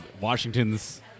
Washington's